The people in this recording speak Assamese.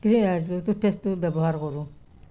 সেয়াই টোথপেষ্টটো ব্যৱহাৰ কৰোঁ